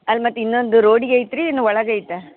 ಅಲ್ಲಿ ಮತ್ತು ಇನ್ನೊಂದು ರೋಡಿಗೈತಿ ರೀ ಏನು ಒಳಗೈತ